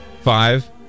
five